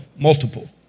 multiple